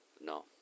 No